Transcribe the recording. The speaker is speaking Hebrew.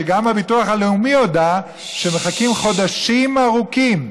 גם הביטוח הלאומי הודה שמחכים חודשים ארוכים,